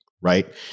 right